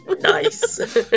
nice